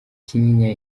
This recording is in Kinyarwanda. kinyinya